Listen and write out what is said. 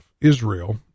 Israel